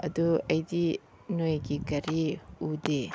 ꯑꯗꯨ ꯑꯩꯗꯤ ꯅꯣꯏꯒꯤ ꯒꯥꯔꯤ ꯎꯗꯦ